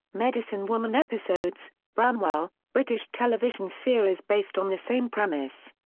medicine woman episodes bramwell, british television series based on the same premise.